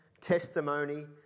testimony